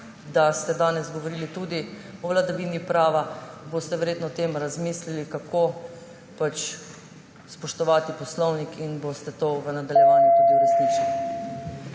da ste danes govorili tudi o vladavini prava, verjetno razmislili o tem, kako spoštovati poslovnik, in boste to v nadaljevanju tudi uresničili.